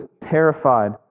terrified